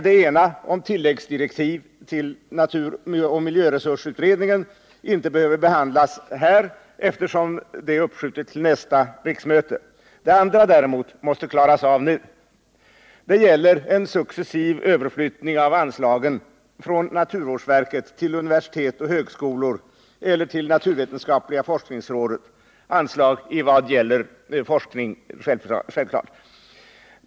Det ena, om tilläggsdirektiv till naturoch miljöresursutredningen, behöver inte behandlas här, eftersom det är uppskjutet till nästa riksmöte. Det andra däremot måste klaras av nu. Det gäller en successiv överflyttning av anslagen från naturvårdsverket till universitet och högskolor eller till naturvetenskapliga forskningsrådet — självfallet anslag som gäller forskning.